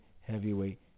heavyweight